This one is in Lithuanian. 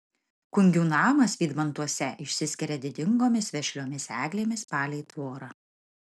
kungių namas vydmantuose išsiskiria didingomis vešliomis eglėmis palei tvorą